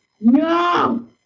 no